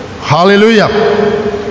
Hallelujah